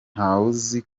ntawuzi